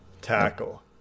tackle